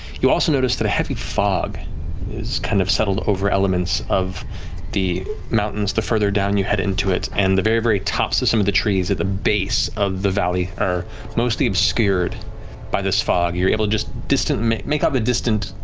you also notice that a heavy fog is kind of settled over elements of the mountains, the further down you head into it, and the very, very tops of some of the trees, at the base of the valley, are mostly obscured by this fog. you're able to just make make out the distant